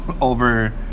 Over